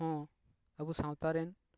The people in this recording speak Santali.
ᱦᱚᱸ ᱟᱵᱚ ᱥᱟᱶᱛᱟ ᱨᱮᱱ